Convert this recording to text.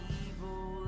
evil